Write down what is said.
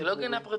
זאת לא גינה פרטית.